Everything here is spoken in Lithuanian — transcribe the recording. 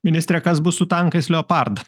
ministre kas bus su tankais leopard